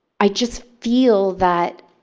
i just feel that